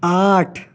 آٹھ